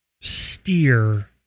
steer